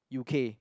U_K